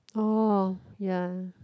oh ya